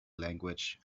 language